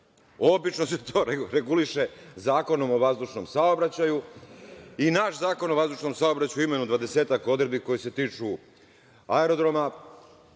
Obično se to reguliše zakonom o vazdušnom saobraćaju i naš Zakon o vazdušnom saobraćaju ima jedno dvadesetak odredbi koje se tiču aerodroma,